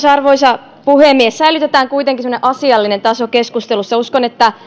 arvoisa puhemies säilytetään kuitenkin semmoinen asiallinen taso keskustelussa uskon että